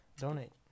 Donate